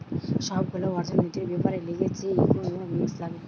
সব গুলা অর্থনৈতিক বেপারের লিগে যে ইকোনোমিক্স লাগে